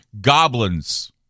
goblins